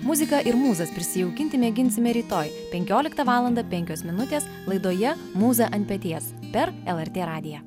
muziką ir mūzas prisijaukinti mėginsime rytoj penkioliktą valandą penkios minutės laidoje mūza ant peties per lrt radiją